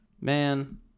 Man